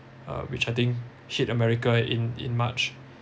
uh which I think hit america in in march